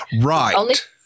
Right